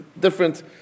different